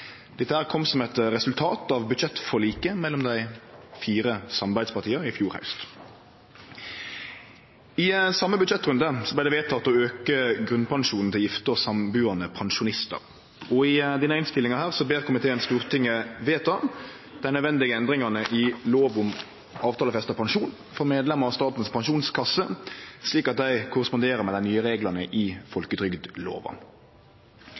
Dette kom som eit resultat av budsjettforliket mellom dei fire samarbeidspartia i fjor haust. I same budsjettrunde vart det vedteke å auke grunnpensjonen til gifte og sambuande pensjonistar, og i denne innstillinga ber komiteen Stortinget om å vedta dei nødvendige endringane i lov om avtalefesta pensjon for medlemmer av Statens pensjonskasse, slik at dei korresponderer med dei nye reglane i